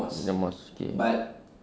in the mosque okay